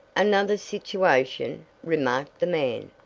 another situation? remarked the man,